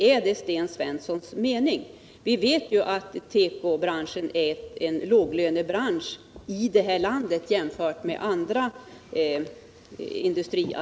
Är det Sten Svenssons mening? Vi vet ju att tekobranschen är en låglönebransch i det här landet jämfört med annan industri.